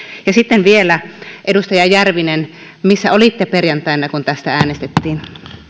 ja sitten vielä edustaja järvinen missä olitte perjantaina kun tästä äänestettiin